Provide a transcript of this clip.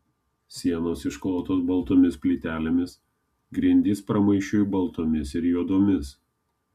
sienos išklotos baltomis plytelėmis grindys pramaišiui baltomis ir juodomis